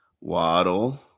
Waddle